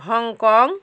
Hong Kong